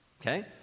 okay